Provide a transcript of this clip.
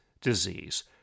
disease